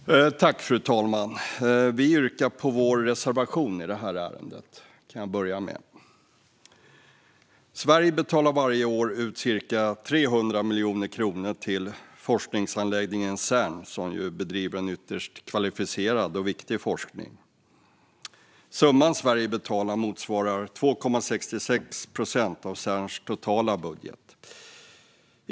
Fru talman! Jag vill börja med att yrka bifall till vår reservation i det här ärendet. Sverige betalar varje år ut ca 300 miljoner kronor till forskningsanläggningen Cern, som bedriver en ytterst kvalificerad och viktig forskning. Summan som Sverige betalar motsvarar 2,66 procent av Cerns totala budget.